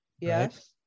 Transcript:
Yes